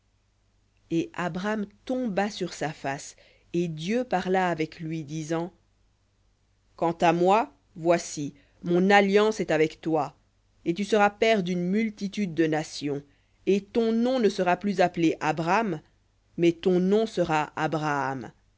et abram tomba sur sa face et dieu parla avec lui disant quant à moi voici mon alliance est avec toi et tu seras père d'une multitude de nations et ton nom ne sera plus appelé abram mais ton nom sera abraham